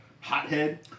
hothead